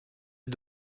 est